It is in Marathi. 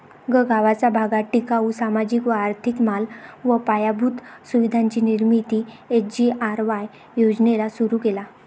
गगावाचा भागात टिकाऊ, सामाजिक व आर्थिक माल व पायाभूत सुविधांची निर्मिती एस.जी.आर.वाय योजनेला सुरु केला